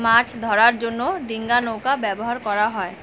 মাছ ধরার জন্য ডিঙ্গা নৌকা ব্যবহার করা হয়